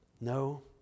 No